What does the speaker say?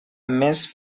més